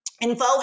info